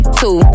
two